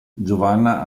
giovanna